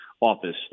office